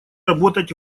работать